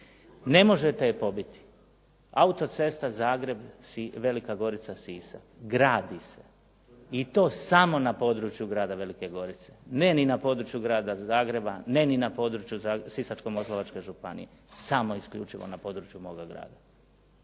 ne možete je pobiti. Auto-cesta Zagreb-Velika Gorica-Sisak gradi se i to samo na području grada Velike Gorice. Ne ni na području grada Zagreba, ne ni na području Sisačko-moslavačke županije, samo isključivo na području moga grada.